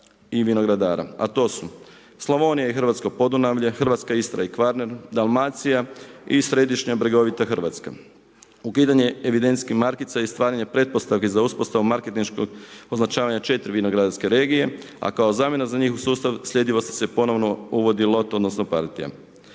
i vinogradara. A to su Slavonija i Hrvatsko Podunavlje, hrvatska Istra i Kvarner, Dalmacija i središnja bregovita Hrvatska. Ukidanje evidencijskih markica i stvaranje pretpostavki za uspostavu marketinškog označavanja 4 vinogradarske regije a kao zamjena za njihov sustav sljedivosti se ponovno uvodi loto odnosno partija.